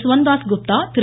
Suvandas Gupta Thiru